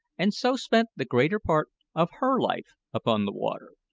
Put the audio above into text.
and so spent the greater part of her life upon the water.